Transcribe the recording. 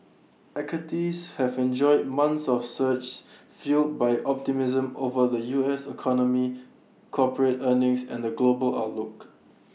equities have enjoyed months of surges fuelled by optimism over the U S economy corporate earnings and the global outlook